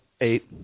eight